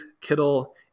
kittle